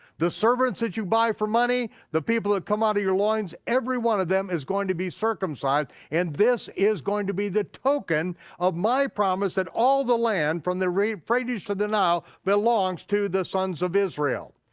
the servants that you buy for money, the people that come out of your loins, every one of them is going to be circumcised and this is going to be the token of my promise that all the land from the euphrates to the nile belongs to the sons of israel.